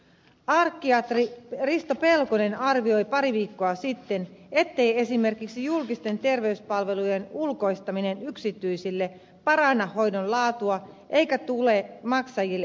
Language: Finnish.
arkkiatri risto pelkonen arvioi pari viikkoa sitten ettei esimerkiksi julkisten terveyspalveluiden ulkoistaminen yksityisille paranna hoidon laatua eikä tule maksajille edullisemmaksi